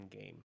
game